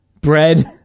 bread